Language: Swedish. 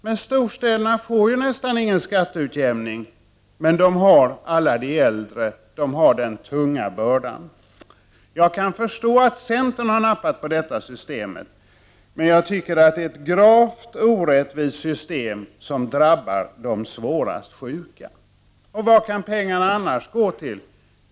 Men storstäderna får ju nästan ingen skatteutjämning, trots att de har alla dessa äldre, att de har den tunga bördan. Jag kan förstå att centern har nappat på detta system, men jag tycker att det är ett gravt orättvist system som drabbar de svårast sjuka. Vad kan pengarna annars gå till?